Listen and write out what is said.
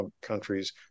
countries